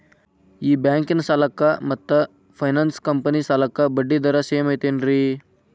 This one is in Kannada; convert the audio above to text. ಈ ಬ್ಯಾಂಕಿನ ಸಾಲಕ್ಕ ಮತ್ತ ಫೈನಾನ್ಸ್ ಕಂಪನಿ ಸಾಲಕ್ಕ ಬಡ್ಡಿ ದರ ಸೇಮ್ ಐತೇನ್ರೇ?